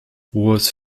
was